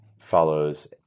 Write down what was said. follows